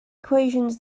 equations